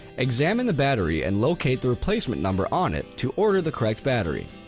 examine the battery and locate the replacement number on it to order the correct battery.